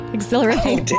Exhilarating